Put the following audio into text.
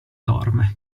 dorme